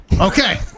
Okay